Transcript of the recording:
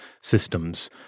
systems